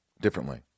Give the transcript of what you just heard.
differently